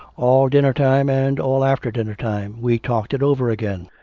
all dinner-time, and all after dinner-time, we talked it over again.